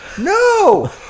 no